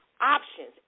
options